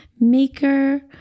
maker